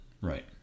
Right